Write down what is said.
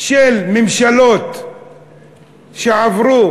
של ממשלות שעברו,